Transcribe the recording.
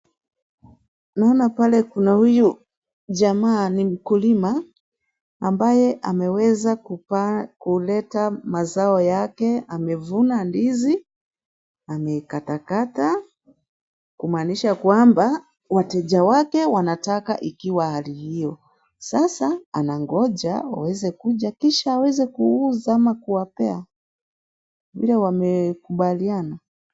Naona pale kuna huyu jamaa ni mkulima, ambaye ameweza kupata kuleta mazao yake, amevuna ndizi, amekata kata, kumaanisha kwamba wateja wake wanataka ikiwa hali hiyo. Sasa anangoja waweze kuja kisha aweze kuuza ama kuwapea. Vile wamekubaliana.